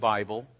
Bible